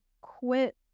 quit